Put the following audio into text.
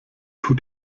tut